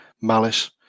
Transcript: Malice